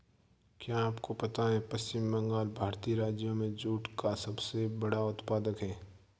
क्या आपको पता है पश्चिम बंगाल भारतीय राज्यों में जूट का सबसे बड़ा उत्पादक है?